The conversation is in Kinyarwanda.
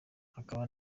akaba